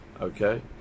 okay